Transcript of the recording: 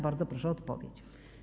Bardzo proszę o odpowiedź.